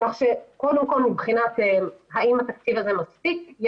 קודם כל מבחינת האם התקציב הזה מספיק?